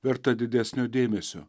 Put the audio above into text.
verta didesnio dėmesio